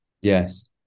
Yes